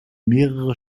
mehrere